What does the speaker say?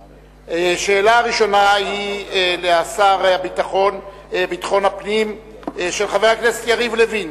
שאלה ראשונה לשר לביטחון הפנים היא של חבר הכנסת יריב לוין,